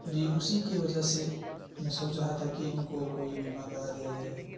جی اسی کی وجہ سے میں سوچ رہا تھا کہ ان کو کوئی بیمہ کرا دیا جائے